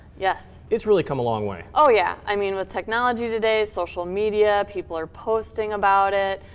yes. it's really come a long way. oh, yeah, i mean, with technology today, social media, people are posting about it.